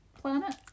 planet